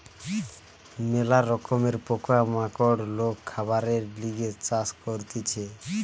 ম্যালা রকমের পোকা মাকড় লোক খাবারের লিগে চাষ করতিছে